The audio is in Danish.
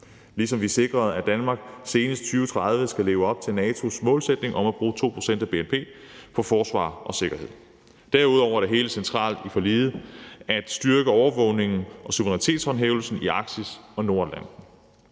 ligesom vi sikrede, at Danmark senest i 2030 skal leve op til NATO's målsætning om at bruge 2 pct. af bnp på forsvar og sikkerhed. Derudover er det helt centralt i forliget at styrke overvågningen og suverænitetshåndhævelsen i Arktis og Nordatlanten.